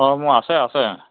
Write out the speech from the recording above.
অ' মোৰ আছে আছে